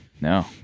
No